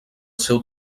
seu